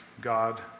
God